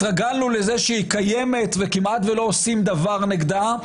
התרגלנו לזה שהיא קיימת וכמעט לא עושים דבר נגדה,